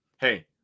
hey